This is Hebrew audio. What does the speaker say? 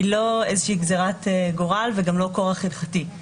היא לא איזושהי גזירת גורל וגם לא כורח הלכתי,